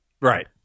Right